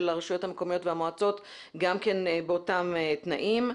הרשויות המקומיות והמועצות גם כן באותם תנאים.